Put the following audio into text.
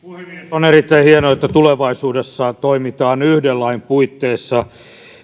on erittäin hienoa että tulevaisuudessa toimitaan yhden lain puitteissa